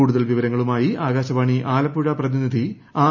കൂടുതൽ വിവരങ്ങളുമായി ആകാശവാണി അലപ്പുഴ പ്രതിനിധി ആർ